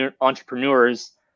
entrepreneurs